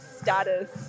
status